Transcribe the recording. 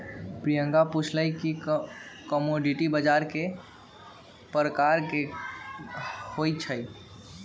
प्रियंका पूछलई कि कमोडीटी बजार कै परकार के होई छई?